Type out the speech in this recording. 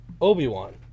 Obi-Wan